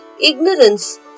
ignorance